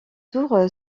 tour